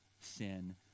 sin